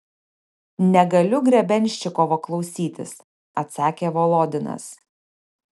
negaliu grebenščikovo klausytis atsakė volodinas